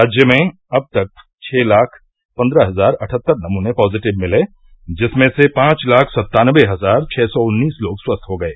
राज्य में अब तक छः लाख पन्द्रह हजार अठहत्तर नमूने पॉजिटिव मिले जिसमें से पांच लाख सत्तानबे हजार छः सौ उन्नीस लोग स्वस्थ हो गये